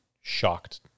shocked